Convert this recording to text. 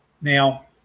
Now